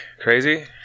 Crazy